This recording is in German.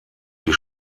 die